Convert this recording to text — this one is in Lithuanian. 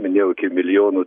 minėjau iki milijono